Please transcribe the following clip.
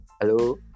Hello